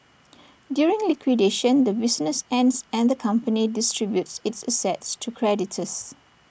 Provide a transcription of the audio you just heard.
during liquidation the business ends and the company distributes its assets to creditors